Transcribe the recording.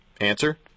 Answer